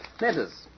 Letters